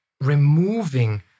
removing